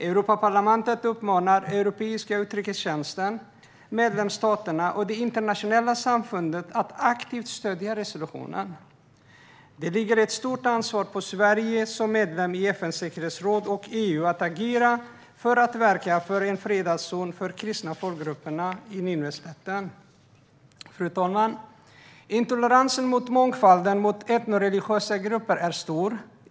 Europaparlamentet uppmanar Europeiska utrikestjänsten, medlemsstaterna och det internationella samfundet att aktivt stödja resolutionen. Det ligger ett stort ansvar på Sverige som medlem i FN:s säkerhetsråd och EU att agera och verka för en fredad zon för de kristna folkgrupperna på Nineveslätten. Fru talman! Intoleransen mot mångfalden av etnoreligiösa grupper är stor.